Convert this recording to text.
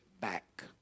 back